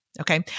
okay